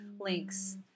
links